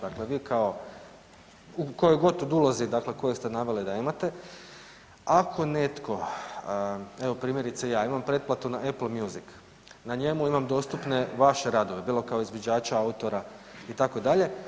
Dakle, vi kao, kojoj god ulozi dakle koju ste naveli da imate ako netko evo primjerice ja imam pretplatu na Apple music na njemu imam dostupne vaše radove bilo kao izvođača, autora itd.